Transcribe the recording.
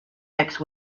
next